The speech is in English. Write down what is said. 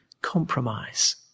compromise